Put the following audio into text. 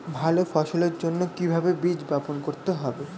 ভালো ফসলের জন্য কিভাবে বীজ বপন করতে হবে?